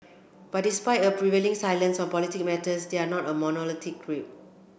but despite a prevailing silence on political matters they are not a monolithic group